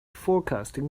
forecasting